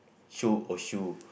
show or shoe